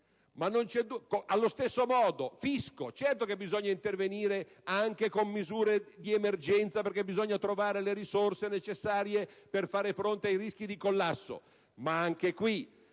riguarda il fisco, certamente bisogna intervenire anche con misure di emergenza, perché bisogna trovare le risorse necessarie per far fronte ai rischi di collasso, ma dovremmo